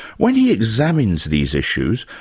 when he examines these issues,